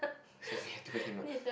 so we have to wake him up